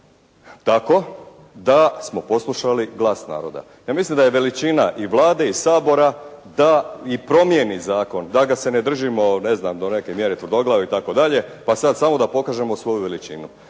tako da smo poslušali glas naroda. Ja mislim da je veličina i Vlade i Sabora da i promijeni zakon, da ga se ne držimo, ne znam do neke mjere tvrdoglavo i tako dalje, pa sad samo da pokažemo svoju veličinu.